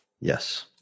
Yes